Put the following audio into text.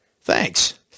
Thanks